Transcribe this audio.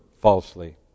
falsely